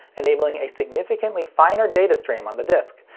enabling a significantly finer data stream on the disc,